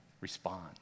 respond